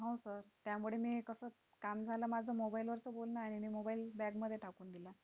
हो सर त्यामुळे मी कसं काम झालं माझं मोबाईलवरचं बोलणं आणि मी मोबाईल बॅगमध्ये टाकून दिला